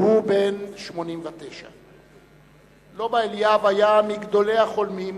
והוא בן 89. לובה אליאב היה מגדולי החולמים,